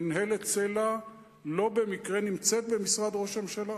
מינהלת סל"ע לא במקרה נמצאת במשרד ראש הממשלה.